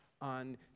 on